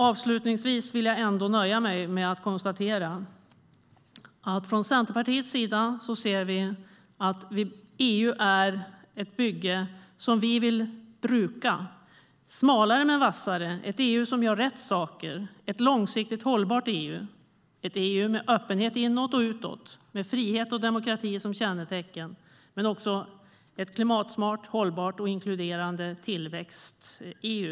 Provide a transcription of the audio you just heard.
Avslutningsvis vill jag nöja mig med att konstatera att vi från Centerpartiets sida ser att EU är ett bygge som vi vill bruka smalare men vassare. Det ska vara ett EU som gör rätt saker, ett långsiktigt hållbart EU, ett EU med öppenhet inåt och utåt och med frihet och demokrati som kännetecken, men också ett klimatsmart, hållbart och inkluderande tillväxt-EU.